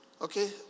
Okay